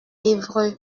évreux